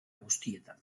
guztietan